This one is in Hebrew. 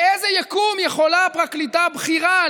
באיזה יקום יכולה פרקליטה בכירה,